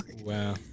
Wow